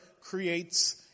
creates